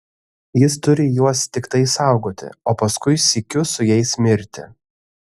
jis turi juos tiktai saugoti o paskui sykiu su jais mirti